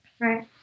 Right